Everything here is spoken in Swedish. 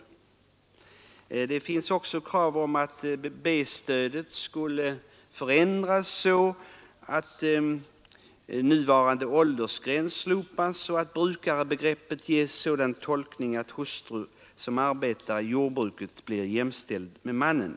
Det finns också krav om att B-stödet förändras så att nuvarande åldersgräns slopas och brukarebegreppet ges sådan tolkning att hustru som arbetar i jordbruket blir jämställd med mannen.